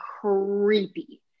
creepy